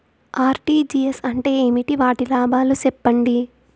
RTGS అంటే ఏమి? వాటి లాభాలు సెప్పండి?